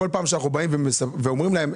כל פעם שאנחנו באים ואומרים להם,